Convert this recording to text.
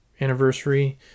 anniversary